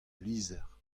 lizher